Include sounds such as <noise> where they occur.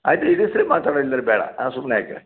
ಆಯ್ತು <unintelligible> ಇಲ್ದಿರೆ ಬೇಡ ಸುಮ್ಮನೆ ಯಾಕೆ